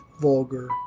vulgar